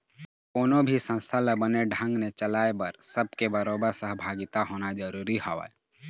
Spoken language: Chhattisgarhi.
कोनो भी संस्था ल बने ढंग ने चलाय बर सब के बरोबर सहभागिता होना जरुरी हवय